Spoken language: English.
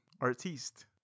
artiste